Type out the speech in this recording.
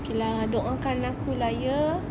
okay lah doakan aku lah ye